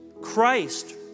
Christ